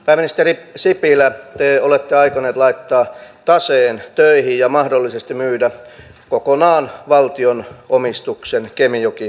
pääministeri sipilä te olette aikoneet laittaa taseen töihin ja mahdollisesti myydä kokonaan valtion omistuksen kemijoki oyssä